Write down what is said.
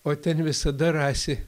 o ten visada rasi